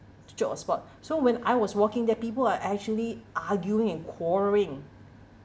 to chop a spot so when I was walking there people are actually arguing and quarrelling